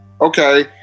okay